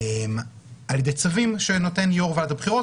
ע"י צווים שנותן יו"ר ועדת הבחירות